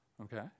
Okay